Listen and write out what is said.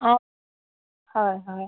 অঁ হয় হয়